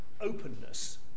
openness